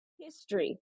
history